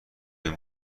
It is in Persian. این